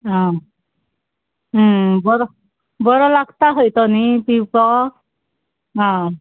आं बरो बरो लागता खंय तो न्हय पिवपाक आं